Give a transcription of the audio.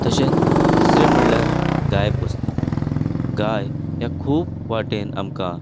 तशेंच तिसरें म्हणल्यार गाय पोसतात गाय ही खूब वाटेन आमकां